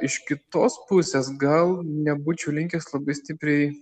iš kitos pusės gal nebūčiau linkęs labai stipriai